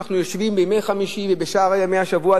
אנחנו יושבים בימי חמישי ובשאר ימי השבוע,